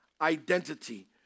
identity